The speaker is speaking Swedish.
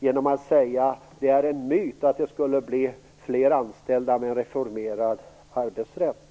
genom att säga att det är en myt att det skulle bli fler anställda med en reformerad arbetsrätt.